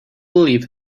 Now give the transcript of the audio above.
believe